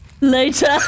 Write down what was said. Later